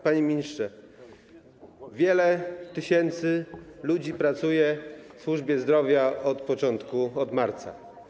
Panie ministrze, wiele tysięcy ludzi pracuje w służbie zdrowia od początku epidemii, od marca.